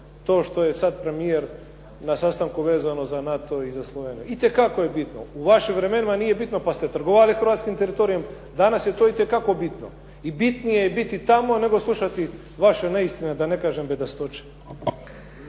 to što je sad premijer na sastanku vezano za NATO i za Sloveniju. Itekako je bitno. U vašim vremenima nije bitno pa ste trgovali hrvatskim teritorijem. Danas je to itekako bitno i bitnije je biti tamo nego slušati vaše neistine, da ne kažem bedastoće.